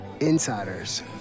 insiders